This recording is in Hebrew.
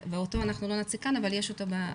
ואותו אנחנו לא נציג כאן אבל יש אותו במסמך,